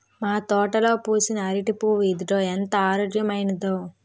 మా తోటలో పూసిన అరిటి పువ్వు ఇదిగో ఎంత ఆరోగ్యమైనదో